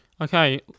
Okay